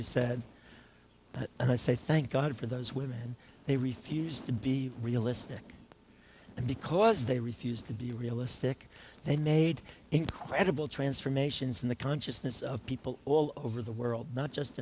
y said and i say thank god for those women and they refused to be realistic and because they refused to be realistic they made incredible transformations in the consciousness of people all over the world not just